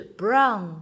brown